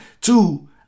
two